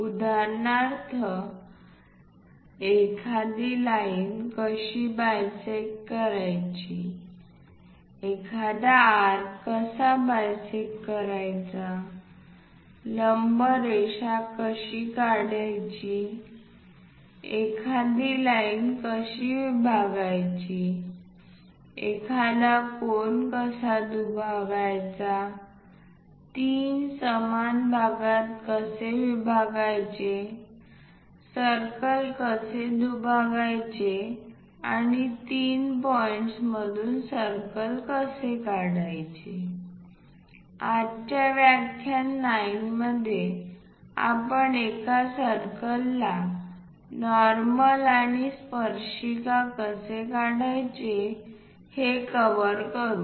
उदाहरणार्थ एखादी लाईन कशी बायसेक्ट करायची एखादा आर्क कसा बायसेक्ट करायचा लंब रेषा कशा काढणे एखादी लाईन कशी विभागायची एखादा कोन कसा दुभागायचा तीन समान भागात कसे विभागायचे सर्कल कसे दुभागायचे आणि तीन पॉईंट्स मधून सर्कल कसे काढायचे आजच्या व्याख्यान 9 मध्ये आपण एका सर्कलला नॉर्मल आणि स्पर्शिका कसे काढायचे हे कव्हर करू